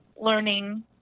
learning